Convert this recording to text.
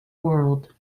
world